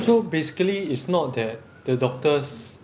so basically it's not that the doctors